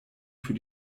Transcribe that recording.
für